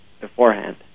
beforehand